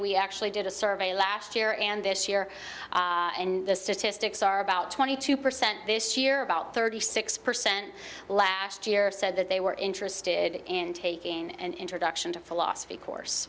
we actually did a survey last year and this year and the statistics are about twenty two percent this year about thirty six percent last year said that they were interested in taking an introduction to philosophy course